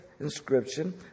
Inscription